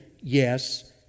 yes